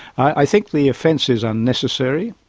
i think the offence is unnecessary,